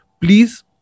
Please